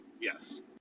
Yes